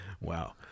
wow